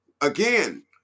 again